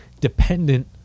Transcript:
dependent